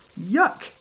yuck